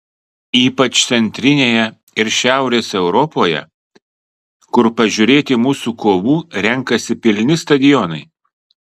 ypač centrinėje ir šiaurės europoje kur pažiūrėti mūsų kovų renkasi pilni stadionai